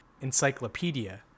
encyclopedia